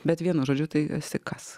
bet vienu žodžiu tai esi kas